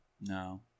No